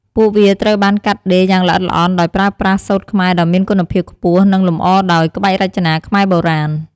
ពួកវាត្រូវបានកាត់ដេរយ៉ាងល្អិតល្អន់ ដោយប្រើប្រាស់ សូត្រខ្មែរដ៏មានគុណភាពខ្ពស់ និងលម្អដោយ ក្បាច់រចនាខ្មែរបុរាណ។